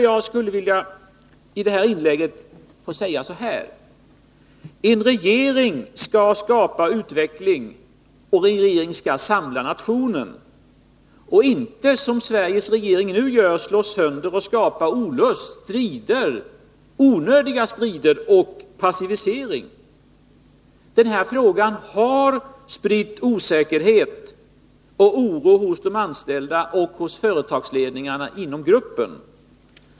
Jag skulle därför i detta inlägg vilja säga så här: En regering skall utveckla och samla nationen och inte, som Sveriges regering nu gör, slå sönder och skapa olust, onödiga strider och passivisering. Denna fråga har spridit osäkerhet och oro hos de anställda och hos företagsledningarna inom gruppen.